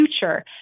future